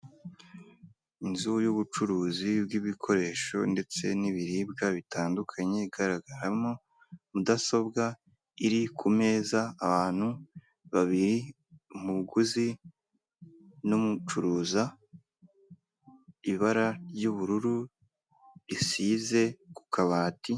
Inzu y'ubucuruzi bwibikoresho ndetse n'ibiribwa bitandukanye igaragaramo mudasobwa iri ku meza abantu babiri umuguzi n'ucuruza ibara ry'ubururu risize ku kabati.